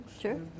Sure